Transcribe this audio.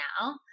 now